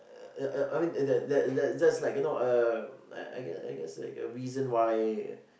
uh yeah yeah I mean that that that that's like you know a I guess I guess like a reason why